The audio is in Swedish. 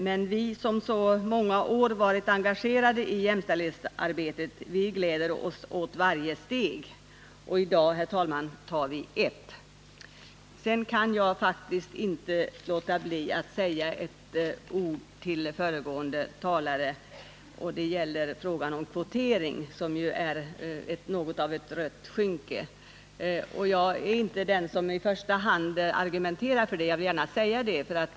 Men vi som så många år har varit engagerade i jämställdhetsarbetet gläder oss åt varje steg. I dag, herr talman, tar vi ett. Jag kan faktiskt inte låta bli att säga några ord till föregående talare beträffande frågan om kvotering, som är något av ett rött skynke. Jag är inte den som i första hand argumenterar för kvotering. Jag vill gärna säga detta.